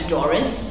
Doris